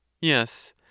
yes